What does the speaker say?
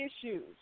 issues